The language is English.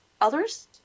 Others